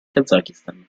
kazakistan